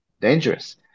dangerous